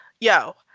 Yo